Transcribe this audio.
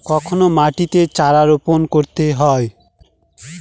কখন মাটিতে চারা রোপণ করতে হয়?